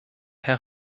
herr